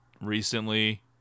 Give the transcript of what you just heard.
recently